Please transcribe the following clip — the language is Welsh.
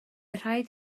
rhaid